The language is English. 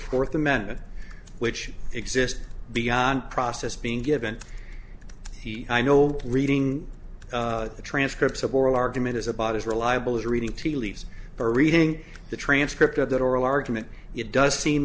fourth amendment which exists beyond process being given he i know reading the transcripts of oral argument is about as reliable as reading tea leaves or reading the transcript of that oral argument it does seem